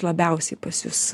labiausiai pas jus